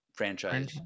franchise